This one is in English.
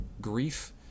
grief